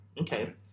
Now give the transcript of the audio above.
Okay